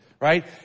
Right